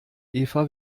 eva